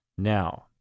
Now